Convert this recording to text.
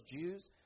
Jews